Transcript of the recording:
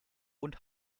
und